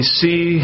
see